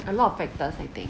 a lot of factors I think